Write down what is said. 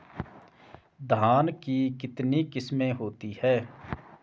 धान की कितनी किस्में होती हैं?